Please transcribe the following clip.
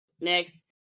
Next